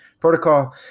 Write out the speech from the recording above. protocol